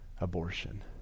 abortion